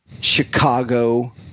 Chicago